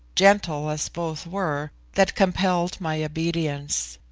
gentle as both were, that compelled my obedience.